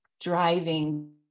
driving